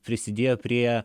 prisidėjo prie